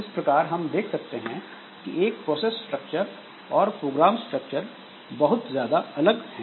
इस प्रकार हम देख सकते हैं कि एक प्रोसेस स्ट्रक्चर और प्रोग्राम स्ट्रक्चर बहुत ज्यादा अलग है